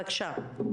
בבקשה.